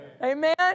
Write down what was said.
Amen